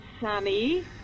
Sammy